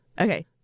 Okay